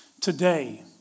Today